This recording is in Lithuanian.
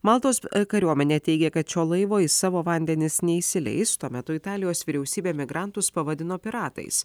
maltos kariuomenė teigia kad šio laivo į savo vandenis neįsileis tuo metu italijos vyriausybė migrantus pavadino piratais